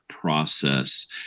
process